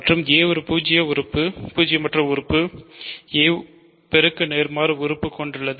மற்றும் a ஒரு பூஜ்ஜியமற்ற உறுப்பு a பெருக்க நேர்மாறு உறுப்பு கொண்டுள்ளது